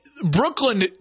Brooklyn